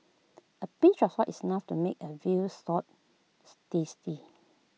A pinch of salt is enough to make A Veal Stews tasty